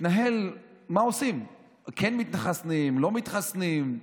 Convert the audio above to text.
להתנהל: מה עושים, כן מתחסנים, לא מתחסנים?